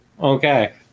okay